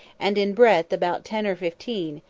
and in breadth about ten or fifteen,